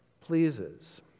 pleases